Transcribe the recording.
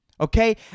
Okay